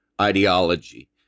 ideology